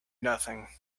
nothing